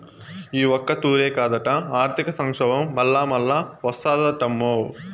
ఈ ఒక్కతూరే కాదట, ఆర్థిక సంక్షోబం మల్లామల్లా ఓస్తాదటమ్మో